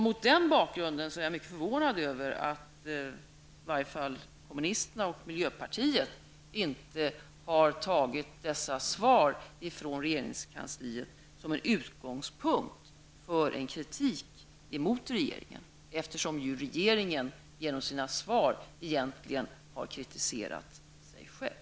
Mot den bakgrunden är jag mycket förvånad över att i varje fall kommunisterna och miljöpartiet inte har tagit dessa svar från regeringskansliet som en utgångspunkt för kritik mot regeringen. Regeringen har ju genom sina svar egentligen kritiserat sig själv.